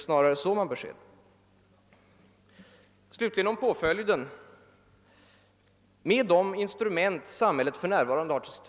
Slutligen vill jag säga några ord om påföljden.